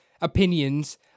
opinions